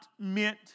meant